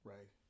Right